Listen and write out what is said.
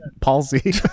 palsy